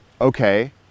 okay